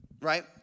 right